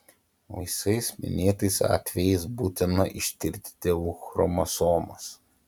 visais minėtais atvejais būtina ištirti tėvų chromosomas